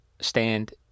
stand